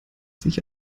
sich